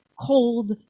cold